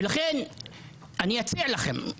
ולכן אני אציע לכם,